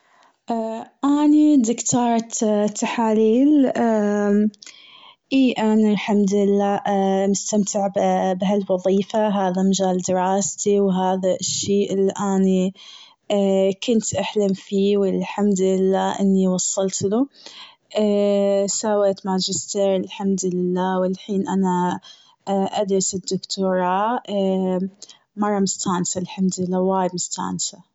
أني دكتورة تحاليل أنا الحمد لله مستمتعة بهالوظيفة هذا مجال دراستي وهذا الشيء اللي أني كنت احلم فيه والحمد لله إني وصلت له، سويت ماجستير الحمد لله والحين أنا أدرس الدكتوراه مرة مستانسة وايد مستانسة.